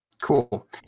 Cool